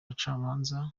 abacamanza